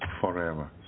forever